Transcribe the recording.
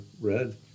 red